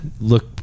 look